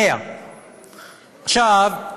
100. עכשיו,